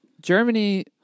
Germany